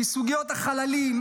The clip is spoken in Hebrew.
כסוגיות החללים,